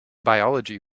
biology